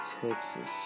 Texas